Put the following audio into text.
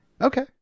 Okay